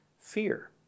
fear